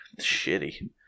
shitty